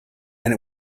and